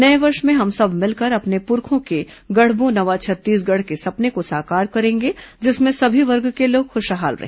नए वर्ष में हम सब मिलकर अपने प्ररखों के गढ़बो नवा छत्तीसगढ़ के सपने को साकार करेंगे जिसमें सभी वर्ग के लोग खुशहाल रहे